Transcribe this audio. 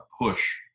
push